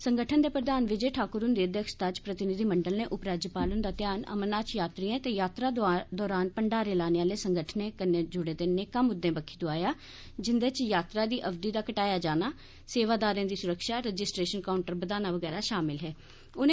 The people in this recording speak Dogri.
संगठन दे प्रधान विजय ठाकुर हुंदी अध्यक्षता च प्रतिनिधिमंडल नै उप राज्यपाल हुंदा ध्यान अमरनाथ यात्रियें ते यात्रा दौरान भंडारे लाने आले संगठनें कन्नै जुड़े दे नेकां मुद्दे बक्खी दोआया जिंदे च यात्रा दी अवधि दा घटाया जाना सेवादारें दी सुरक्षा रजिस्ट्रेशन काउंटर बदाना बगैरा शामिल हे